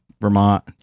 Vermont